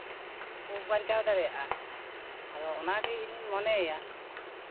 ᱠᱚ ᱵᱟᱧᱪᱟᱣ ᱫᱟᱲᱮᱭᱟᱜᱼᱟ ᱟᱫᱚ ᱚᱱᱟᱜᱮ ᱤᱧᱤᱧ ᱢᱚᱱᱮᱭᱮᱫᱟ